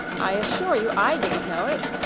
i assure you i didn't know it!